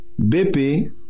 BP